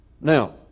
Now